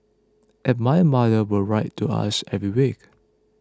and my mother would write to us every week